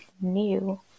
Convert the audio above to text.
new